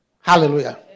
Hallelujah